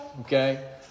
okay